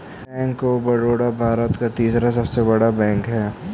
bank of Baroda Bharat का तीसरा सबसे बड़ा बैंक हैं